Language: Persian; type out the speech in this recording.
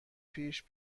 پیش